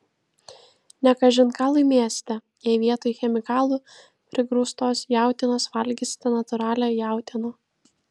ne kažin ką laimėsite jei vietoj chemikalų prigrūstos jautienos valgysite natūralią jautieną